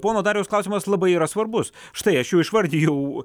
pono dariaus klausimas labai yra svarbus štai aš jau išvardijau